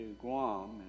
Guam